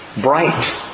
Bright